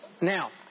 now